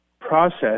process